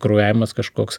kraujavimas kažkoks